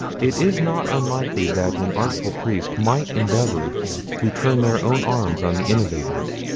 it is not unlikely that an artful priest might endeavour to turn their own arms on the innovators,